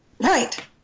Right